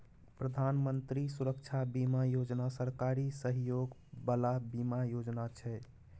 प्रधानमंत्री सुरक्षा बीमा योजना सरकारी सहयोग बला बीमा योजना छै